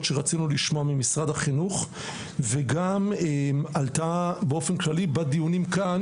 שרצינו לשמוע ממשרד החינוך וגם עלתה באופן כללי בדיונים כאן,